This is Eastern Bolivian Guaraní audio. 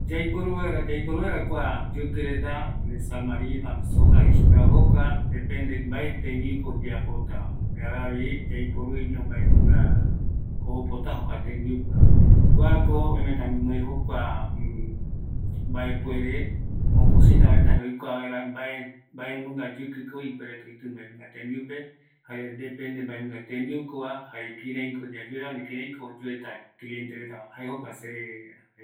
﻿Yaiporu vaera, yaiporu vaera kua ne sal marina, ani soja jei supeva, jokua depende mbae tembiuko oyeapotava, ngaravi yaiporuiño mbaenunga ojopota jokua tembiupeva, kuako oimeta guinoi jokua ocosina vaera jare oikua vaera jare oikua vaera mbae mbaenunga yukiko ipuereta oiti mbaenunga tembiupe jare depende mbaenunga tembiukova jare kiraiko yayueva ani kiraiko oyueta cliente retava jae jokua se jae